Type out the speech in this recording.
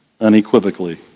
unequivocally